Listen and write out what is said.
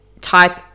type